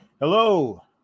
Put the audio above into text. Hello